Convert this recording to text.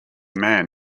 man